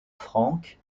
frank